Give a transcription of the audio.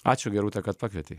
ačiū gerute kad pakvietei